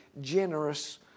generous